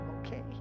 okay